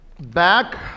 back